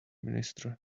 minister